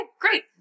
great